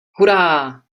hurá